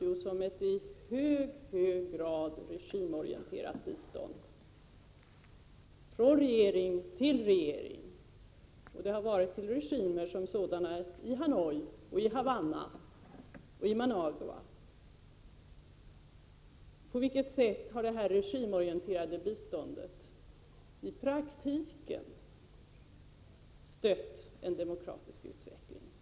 Jo, som ett i mycket hög grad regimorienterat bistånd — från regering till regering, och det har gällt regimer som dem som återfinns i Hanoi, i Havanna och i Managua. På vilket sätt har det här regimorienterade biståndet i praktiken varit ett stöd för en demokratisk utveckling?